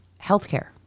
healthcare